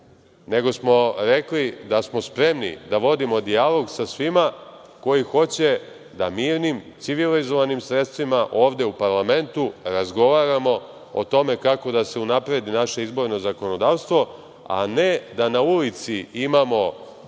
nego smo rekli da smo spremni da vodimo dijalog sa svima koji hoće da mirnim, civilizovanim sredstvima ovde u parlamentu razgovaramo o tome kako da se unapredi naše izborno zakonodavstvo, a ne da na ulici imamo